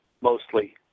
mostly